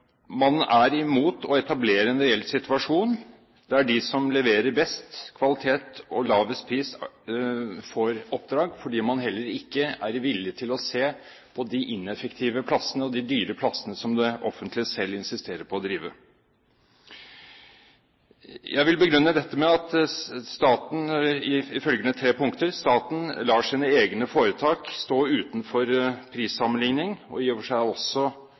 Man er imot å etablere en reell situasjon der de som leverer best kvalitet og lavest pris, får oppdrag, fordi man heller ikke er villig til å se på de ineffektive plassene og de dyre plassene som det offentlige selv insisterer på å drive. Jeg vil begrunne dette med følgende tre punkter: For det første, staten lar sine egne foretak stå utenfor prissammenligning, og jeg tror i og for seg også